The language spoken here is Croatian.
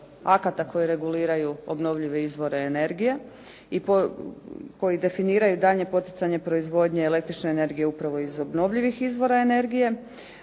koji reguliraju obnovljive izvore energije i koji definiraju daljnje poticanje proizvodnje električne energije upravo iz obnovljivih izvora energije,